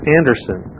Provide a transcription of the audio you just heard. Anderson